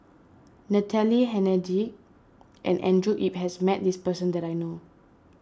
Natalie Hennedige and Andrew Yip has met this person that I know